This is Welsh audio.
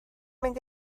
mynd